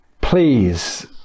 please